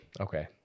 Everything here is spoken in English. Okay